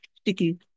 sticky